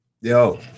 Yo